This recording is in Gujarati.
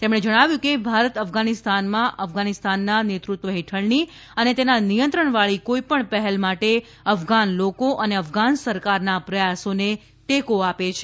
તેમણે જણાવ્યું કે ભારત અફઘાનિસ્તાનમાં અફઘાનિસ્તાનના નેતૃત્વ હેઠળની અને તેના નિયંત્રણ વળી કોઈપણ પહેલ માટે અફઘાન લોકો અને અફઘાન સરકારના પ્રયાસોને ટેકો આપે છે